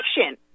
action